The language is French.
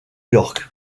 york